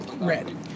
Red